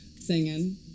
singing